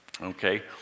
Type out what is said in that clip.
Okay